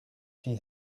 she